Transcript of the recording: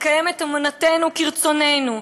לקיים את אמונתנו כרצוננו.